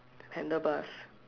handle bus